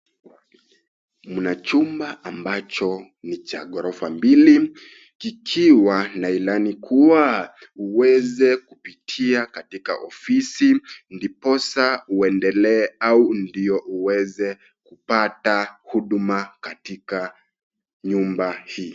Mna chumba ambacho ni cha ghorofa mbili kikiwa na ilani kuwa uweze kupitia katika ofisi ndiposa uendelee au ndio uweze kupata huduma katika nyumba hii.